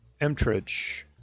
Emtrich